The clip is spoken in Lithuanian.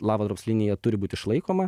lava drops linija turi būt išlaikoma